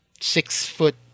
six-foot